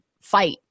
fight